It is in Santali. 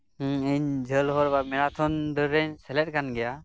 ᱦᱮᱸ ᱤᱧ ᱡᱷᱟᱹᱞ ᱦᱚᱨ ᱢᱮᱨᱮᱟᱛᱷᱚᱱ ᱫᱟᱹᱲ ᱨᱮᱧ ᱥᱮᱞᱮᱫ ᱟᱠᱟᱱ ᱜᱮᱭᱟ